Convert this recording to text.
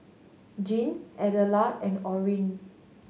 Gene Adela and Orene